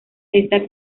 esta